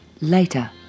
later